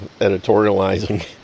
editorializing